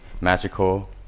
magical